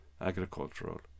agricultural